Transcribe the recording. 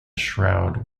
shroud